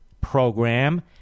program